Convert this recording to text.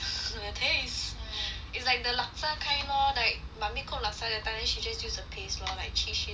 taste it's like the laksa kind lor like mummy cook laksa that time then she just use the paste lor like cheat sheet like that